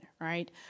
right